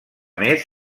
més